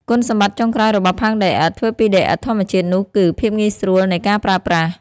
គុណសម្បត្តិចុងក្រោយរបស់ផើងដីឥដ្ឋធ្វើពីដីឥដ្ឋធម្មជាតិនោះគឺ ភាពងាយស្រួលនៃការប្រើប្រាស់។